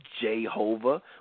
Jehovah